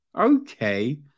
okay